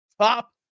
top